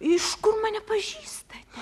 iš kur mane pažįstate